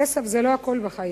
כסף זה לא הכול בחיים.